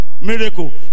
miracle